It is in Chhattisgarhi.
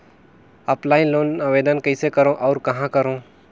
ऑफलाइन लोन आवेदन कइसे करो और कहाँ करो?